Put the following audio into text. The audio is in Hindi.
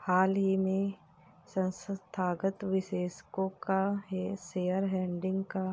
हाल ही में संस्थागत निवेशकों का शेयरहोल्डिंग का